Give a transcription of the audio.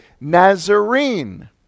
Nazarene